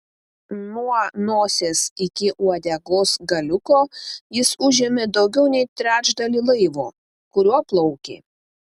nuo nosies iki uodegos galiuko jis užėmė daugiau nei trečdalį laivo kuriuo plaukė